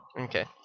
Okay